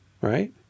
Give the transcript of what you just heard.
right